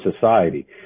society